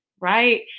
right